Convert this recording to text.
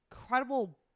incredible